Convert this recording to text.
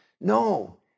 No